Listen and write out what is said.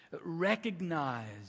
recognize